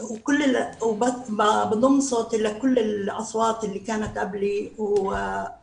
ואני מצטרפת לכל הדוברים שקדמו לי ואני